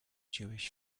jewish